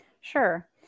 Sure